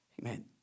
Amen